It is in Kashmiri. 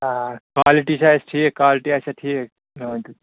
آ کالٹی چھا اَسہِ ٹھیٖک کالٹی آسیٛا ٹھیٖک مےٚ ؤنۍتو